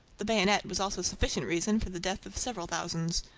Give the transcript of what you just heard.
the bayonet was also a sufficient reason for the death of several thousands.